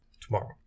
tomorrow